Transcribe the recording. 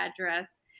address